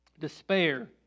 despair